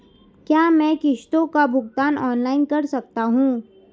क्या मैं किश्तों का भुगतान ऑनलाइन कर सकता हूँ?